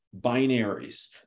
binaries